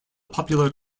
popular